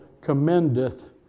commendeth